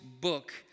book